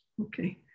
Okay